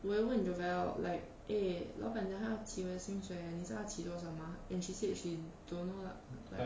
我有问 noel like eh 老板讲他要我的起薪水 eh 你知道他起多少 mah and she said don't know lah like